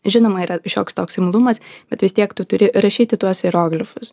žinoma yra šioks toks imlumas bet vis tiek tu turi rašyti tuos hieroglifus